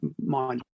mind